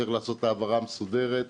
צריך לעשות העברה מסודרת.